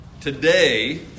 today